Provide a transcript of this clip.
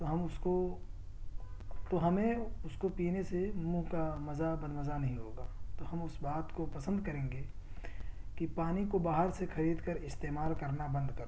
تو ہم اس کو تو ہمیں اس کو پینے سے منہ کا مزا بد مزا نہیں ہو گا تو ہم اس بات کو پسند کریں گے کہ پانی کو باہر سے خرید کر استعمال کرنا بند کر دیں